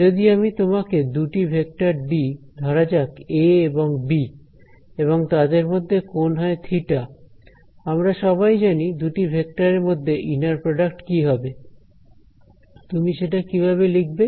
যদি আমি তোমাকে দুটি ভেক্টর দিই ধরা যাক এ এবং বি এবং তাদের মধ্যে কোণ হয় থিটা আমরা সবাই জানি দুটি ভেক্টরের মধ্যে ইনার প্রডাক্ট কি হবে তুমি সেটা কিভাবে লিখবে